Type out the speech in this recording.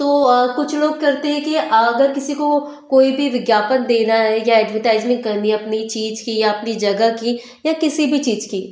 तो कुछ लोग करते हैं कि अगर किसी को कोई भी विज्ञापन देना है या एडवरटाइजिंग करनी है अपनी चीज की या अपनी जगह की या किसी भी चीज की